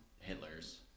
Hitler's